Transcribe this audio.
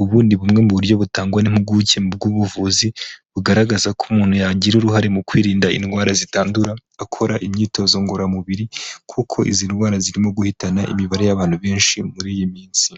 ubu ni bumwe mu buryo butangwa impuguke mu bw'ubuvuzi bugaragaza ko umuntu yagira uruhare mu kwirinda indwara zitandura akora imyitozo ngororamubiri kuko izi ndwara zirimo guhitana imibare y'abantu benshi muri iyi minsi.